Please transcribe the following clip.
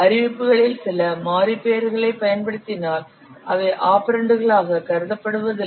அறிவிப்புகளில் சில மாறி பெயர்களைப் பயன்படுத்தினால் அவை ஆபரெண்டுகளாக கருதப்படுவதில்லை